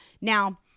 Now